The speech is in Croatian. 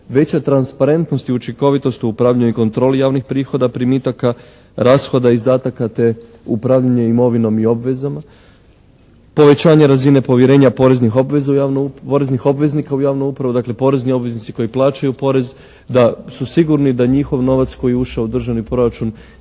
veća transparentnost i učinkovitost u upravljanju i kontroli javnih prihoda primitaka, rashoda, izdataka te upravljanje imovinom i obvezama. Povećanje razine povjerenje poreznih obveznika u javnoj upravi, dakle porezni obveznici koji plaćaju porez da su sigurni da njihov novac koji je ušao u državni proračun se